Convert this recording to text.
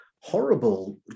horrible